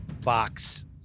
box